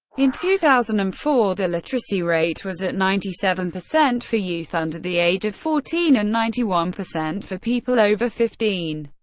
in two thousand and four, the literacy rate was at ninety seven percent for youth under the age of fourteen and ninety one percent for people over fifteen,